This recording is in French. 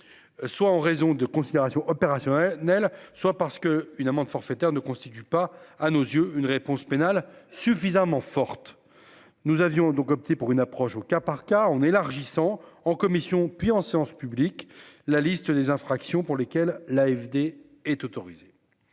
Soit en raison de considérations. Neil soit parce que une amende forfaitaire ne constitue pas à nos yeux une réponse pénale suffisamment forte. Nous avions donc opté pour une approche au cas par cas, en élargissant, en commission, puis en séance publique la liste des infractions pour lesquelles l'AFD est autorisé.